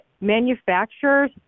Manufacturers